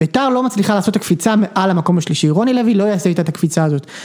ביתר לא מצליחה לעשות הקפיצה על המקום השלישי, רוני לוי לא יעשה איתה את הקפיצה הזאת.